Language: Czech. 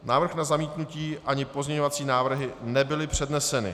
Návrh na zamítnutí ani pozměňovací návrhy nebyly předneseny.